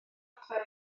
adfer